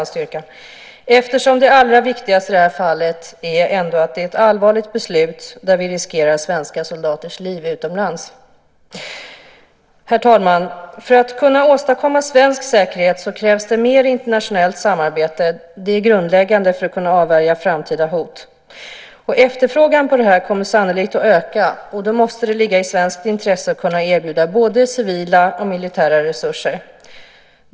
Det allra viktigaste i det här fallet är att det är ett allvarligt beslut där vi riskerar svenska soldaters liv utomlands. Herr talman! För att kunna åstadkomma säkerhet krävs det mer internationellt samarbete. Det är grundläggande för att kunna avvärja framtida hot. Efterfrågan på detta kommer sannolikt att öka. Då måste det ligga i svenskt intresse att kunna erbjuda både civila och militära resurser.